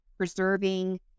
preserving